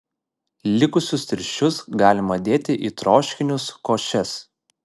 likusius tirščius galima dėti į troškinius košes